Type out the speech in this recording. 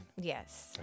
Yes